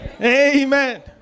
Amen